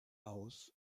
aus